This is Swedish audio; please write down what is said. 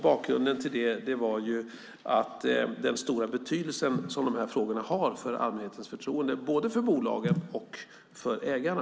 Bakgrunden till det var den stora betydelse som dessa frågor har för allmänhetens förtroende både för bolagen och för ägarna.